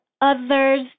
others